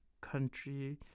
country